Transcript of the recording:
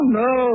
no